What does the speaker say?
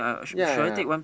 ya ya